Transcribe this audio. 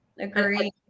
Agree